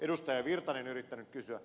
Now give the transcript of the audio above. erkki virtanen yrittäneet kysyä